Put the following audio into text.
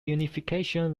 unification